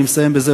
אני מסיים בזה,